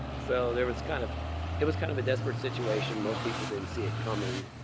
so, there was kind, of it was kind of a desperate situation. most people didn't see it coming,